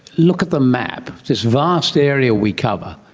look at the map, this vast area we cover,